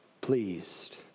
pleased